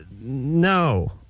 No